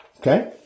Okay